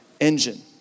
engine